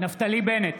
נפתלי בנט,